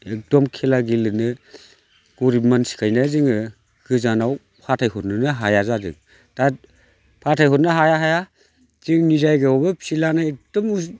एग्दम खेला गेलेनो गोरिब मानसिखायनो जोङो गोजानाव फाथायहरनोनो हाया जादों दा फाथायहरनो हाया हाया जोंनि जायगायावबो फिल्दानो एग्दम